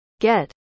Get